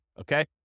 okay